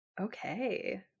Okay